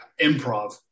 improv